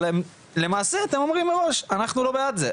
אבל למעשה אתם אומרים מראש "אנחנו לא בעד זה",